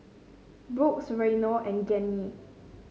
Brooks Reino and Gianni